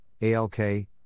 ALK